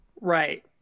right